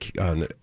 on